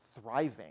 thriving